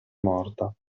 morta